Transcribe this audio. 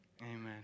Amen